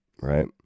right